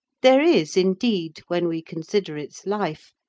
there is, indeed, when we consider its life,